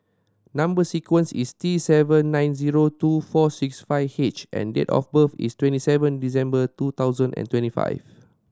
number sequence is T seven nine zero two four six five H and date of birth is twenty seven December two thousand and twenty five